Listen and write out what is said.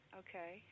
okay